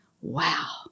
Wow